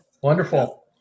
wonderful